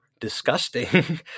disgusting